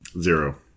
Zero